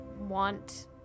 want